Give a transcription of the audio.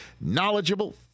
knowledgeable